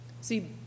See